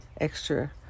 extra